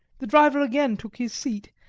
the driver again took his seat,